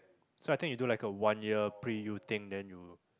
so I think you do like a one year pre-U thing then you